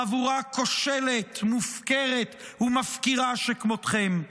חבורה כושלת, מופקרת ומפקירה שכמותכם.